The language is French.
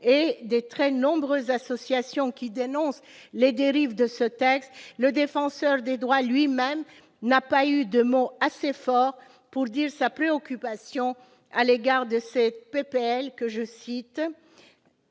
et des très nombreuses associations qui dénoncent les dérives de ce texte, le Défenseur des droits lui-même n'a pas eu de mots assez forts pour dire sa préoccupation à l'égard de cette proposition